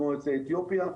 כמו יוצאי אתיופיה.